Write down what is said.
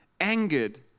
angered